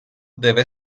deve